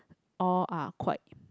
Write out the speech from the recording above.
all are quite